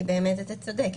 כי אתה צודק,